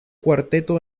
cuarteto